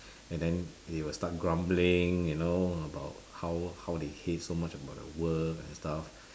and then they will start grumbling you know about how how they hate so much about their work and stuff